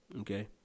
Okay